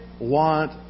want